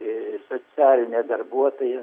ir socialinė darbuotoja